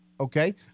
okay